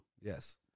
Yes